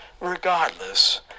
Regardless